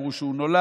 אמרו שהוא נולד,